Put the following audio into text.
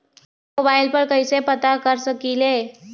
हम मोबाइल पर कईसे पता कर सकींले?